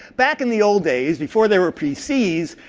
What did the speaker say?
back in the old days, before there were pcs,